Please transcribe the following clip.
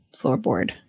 floorboard